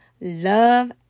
love